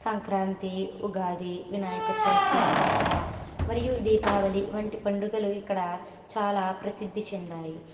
సంక్రాంతి ఉగాది వినాయకచవితి దసరా మరియు దీపావళి వంటి పండుగలు ఇక్కడ చాలా ప్రసిద్ది చెందాయి